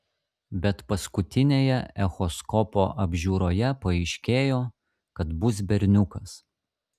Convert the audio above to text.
bet paskutinėje echoskopo apžiūroje paaiškėjo kad bus berniukas